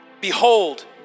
behold